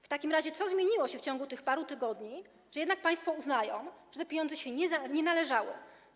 W takim razie co zmieniło się w ciągu tych paru tygodni, że jednak państwo uznają, że te pieniądze się nie należały?